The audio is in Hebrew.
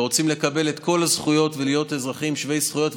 ורוצים לקבל את כל הזכויות ולהיות אזרחים שווי זכויות,